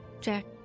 Jack